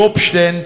גופשטיין,